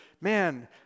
man